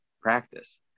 practice